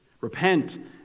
Repent